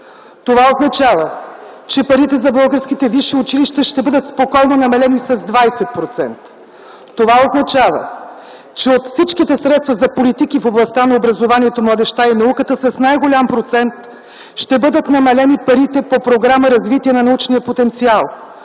Това означава, че парите за българските висши училища спокойно ще бъдат намалени с 20%. Това означава, че от всичките средства за политики в областта на образованието, младежта и науката с най-голям процент ще бъдат намалени парите по програма „Развитие на научния потенциал”.